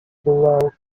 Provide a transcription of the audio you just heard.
below